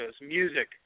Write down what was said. music